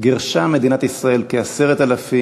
גירשה מדינת ישראל כ-10,000